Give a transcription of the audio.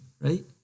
right